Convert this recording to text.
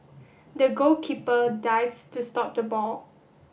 the goalkeeper dived to stop the ball